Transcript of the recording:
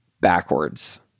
backwards